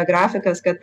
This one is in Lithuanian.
grafikas kad